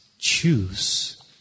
Choose